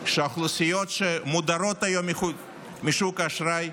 שהאוכלוסיות שמודרות היום משוק האשראי,